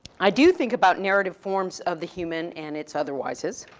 i do think about narrative forms of the human, and its otherwises.